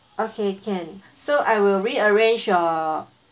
okay can so I will rearrange your